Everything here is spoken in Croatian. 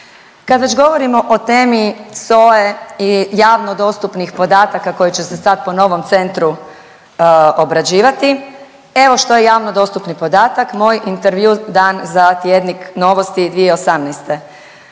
Kada već govorimo o temi SOA-e i javno dostupnih podataka koji će se sada po novom centru obrađivati evo što je javno dostupni podatak. Moj intervju dan za tjednik „Novosti“ 2018.